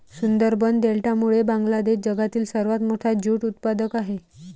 सुंदरबन डेल्टामुळे बांगलादेश जगातील सर्वात मोठा ज्यूट उत्पादक आहे